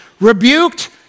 rebuked